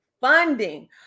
funding